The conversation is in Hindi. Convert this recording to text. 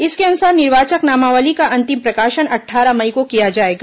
इसके अनुसार निर्वाचक नामावली का अंतिम प्रकाशन अट्ठारह मई को किया जाएगा